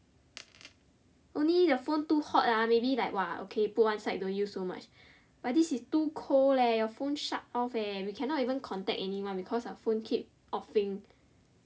only the phone too hot ah maybe like !wah! okay put one side don't use so much but this is too cold leh your phone shut off leh we cannot even contact anyone because our phone keep offing